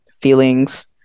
feelings